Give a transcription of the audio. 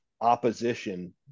opposition